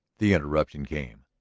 the interruption came.